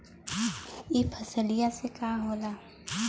ई फसलिया से का होला?